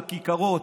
לכיכרות.